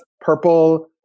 purple